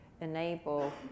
enable